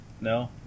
No